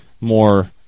more